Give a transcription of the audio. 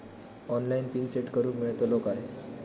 Online PIN set करूक मेलतलो काय?